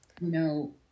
No